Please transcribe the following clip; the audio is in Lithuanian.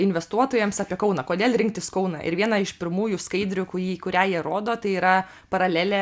investuotojams apie kauną kodėl rinktis kauną ir vieną iš pirmųjų skaidrių kurį į kurią jie rodo tai yra paralelė